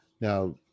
Now